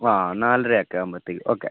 വാ നാലര ഒക്കെയാവുമ്പോഴത്തേക്ക് ഓക്കെ